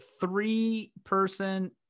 three-person